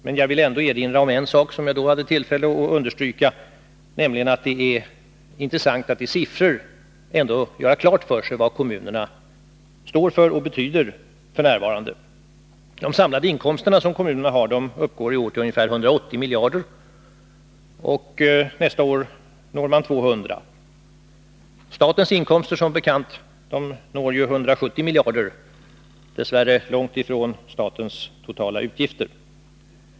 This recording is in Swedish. Men jag vill ändå erinra om en sak som jag då hade tillfälle att understryka, nämligen att det är intressant att i siffror göra klart för sig vad kommunerna står för och betyder f. n. De samlade inkomster som kommunerna har uppgår i år till ungefär 180 miljarder, och nästa år uppnås summan 200 miljarder. Statens inkomster uppgår som bekant till 170 miljarder — dess värre långt ifrån statens totala utgifter.